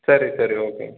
சரி சரி ஓகேங்க